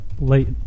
late